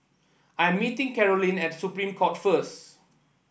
I am meeting Karolyn at Supreme Court first